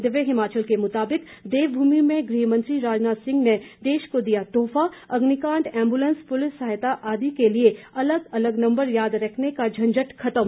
दिव्य हिमाचल के मुताबिक देवभूमि से गृहमंत्री राजनाथ सिंह ने देश को दिया तोहफा अग्निकांड एंबुलेंस पुलिस सहायता आदि को लिए अलग अलग नंबर याद रखने का झंझट खत्म